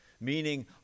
Meaning